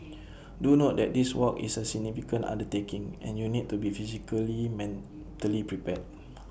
do note that this walk is A significant undertaking and you need to be physically mentally prepared